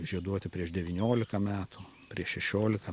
žieduoti prieš devyniolika metų prieš šešiolika